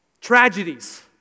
tragedies